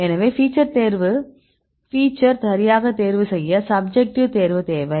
எனவே ஃபீச்சர் சரியாகத் தேர்வு செய்ய சப்ஜெக்ட்டிவ் தேர்வு தேவை